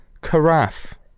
carafe